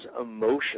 emotions